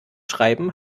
schreiben